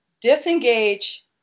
disengage